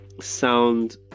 sound